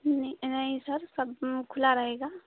sir सब खुला रहेगा